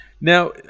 now